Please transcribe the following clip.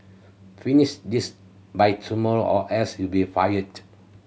finish this by tomorrow or else you'll be fired